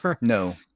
No